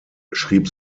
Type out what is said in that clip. schrieb